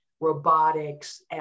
robotics